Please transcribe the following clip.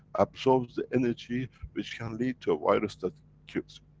absorbs the energy which can lead to a virus that kills.